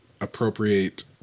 appropriate